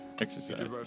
Exercise